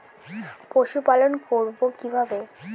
পশুপালন করব কিভাবে?